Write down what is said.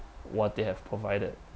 what they have provided